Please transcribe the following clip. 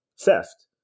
theft